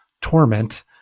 torment